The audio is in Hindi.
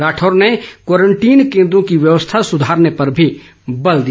राठौर ने क्वारंटीन केन्द्रों की व्यवस्था सुधारने पर भी बल दिया